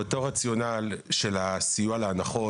באותו רציונל של הסיוע להנחות,